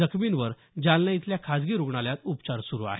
जखमींवर जालना इथल्या खाजगी रुग्णालयात उपचार सुरू आहेत